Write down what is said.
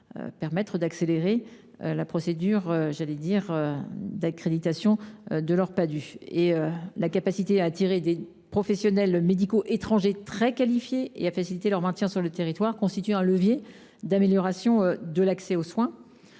pour accélérer la procédure d’accréditation de leurs Padhue. La capacité à attirer des professionnels médicaux étrangers très qualifiés et à faciliter leur maintien sur le territoire constitue un levier d’amélioration de l’accès aux soins.